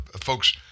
Folks